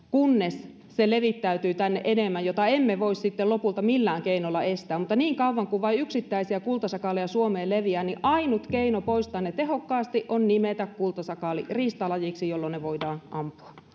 kunnes se levittäytyy tänne enemmän mitä emme voi sitten lopulta millään keinolla estää mutta niin kauan kuin vain yksittäisiä kultasakaaleja suomeen leviää ainut keino poistaa ne tehokkaasti on nimetä kultasakaali riistalajiksi jolloin ne voidaan ampua